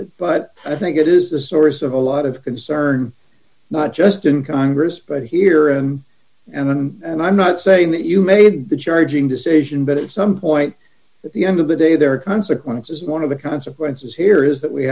it but i think it is the source of a lot of concern not just in congress but here and and i'm not saying that you made the charging decision but it's some point at the end of the day there are consequences one of the consequences here is that we